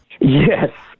Yes